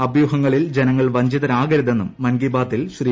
അഭ്യൂഹങ്ങളിൽ ജ്നങ്ങൾ വഞ്ചിതരാകരുതെന്നും മൻ ക്ലി ബാത്തിൽ ശ്രീ